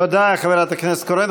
תודה, חברת הכנסת קורן.